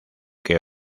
que